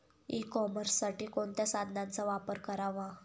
E कॉमर्ससाठी कोणत्या साधनांचा वापर करावा?